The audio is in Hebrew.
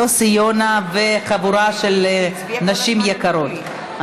יוסי יונה והחבורה של הנשים היקרות,